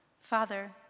father